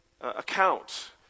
account